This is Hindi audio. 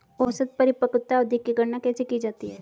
औसत परिपक्वता अवधि की गणना कैसे की जाती है?